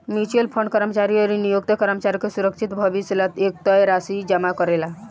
mutual fund कर्मचारी अउरी नियोक्ता कर्मचारी के सुरक्षित भविष्य ला एक तय राशि जमा करेला